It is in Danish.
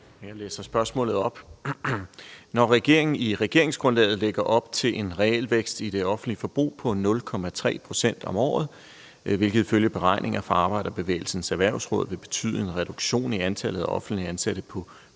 Jeg læser spørgsmålet op: Når regeringen i regeringsgrundlaget lægger op til en realvækst i det offentlige forbrug på 0,3 pct. om året, hvilket ifølge beregninger fra Arbejderbevægelsens Erhvervsråd vil betyde en reduktion i antallet af offentligt ansatte på 14.000,